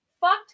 Fucked